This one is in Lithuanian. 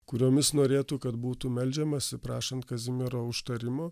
kuriomis norėtų kad būtų meldžiamasi prašant kazimiero užtarimo